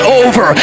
over